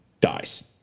dies